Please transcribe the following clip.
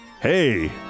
Hey